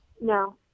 No